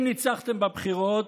אם ניצחתם בבחירות,